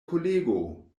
kolego